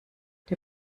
der